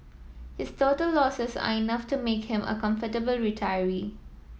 his total losses are enough to make him a comfortable retiree